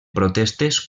protestes